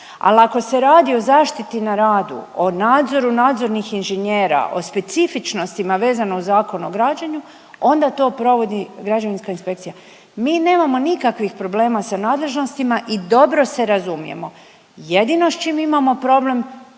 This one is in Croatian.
ali ako se radi o zaštiti na radu o nadzoru nadzornih inženjera, o specifičnostima vezano uz Zakon o građenju onda to provodi građevinska inspekcija. Mi nemamo nikakvih problema sa nadležnosti i dobro se razumijemo. Jedno s čim imamo problem